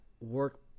work